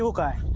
ah guy